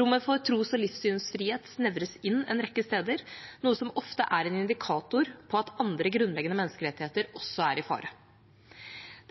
Rommet for tros- og livssynsfrihet snevres inn en rekke steder, noe som ofte er en indikator på at andre grunnleggende menneskerettigheter også er i fare.